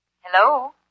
Hello